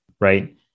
right